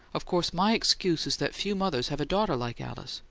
of course my excuse is that few mothers have a daughter like alice.